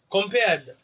Compared